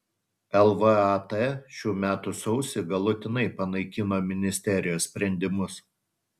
lvat šių metų sausį galutinai panaikino ministerijos sprendimus